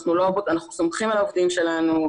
אנחנו סומכים על העובדים שלנו,